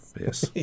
yes